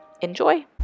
Enjoy